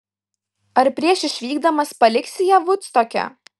ar prieš išvykdamas paliksi ją vudstoke